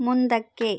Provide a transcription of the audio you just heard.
ಮುಂದಕ್ಕೆ